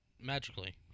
Magically